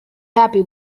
happy